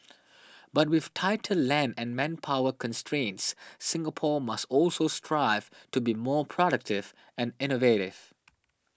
but with tighter land and manpower constraints Singapore must also strive to be more productive and innovative